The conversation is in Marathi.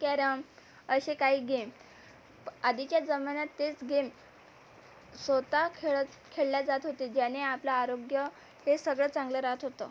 कॅरम असे काही गेम प आधीच्या जमान्यात तेच गेम स्वतः खेळत खेळल्या जात होते ज्याने आपलं आरोग्य हे सगळं चांगलं रहात होतं